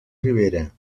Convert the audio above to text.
ribera